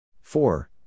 four